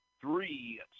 three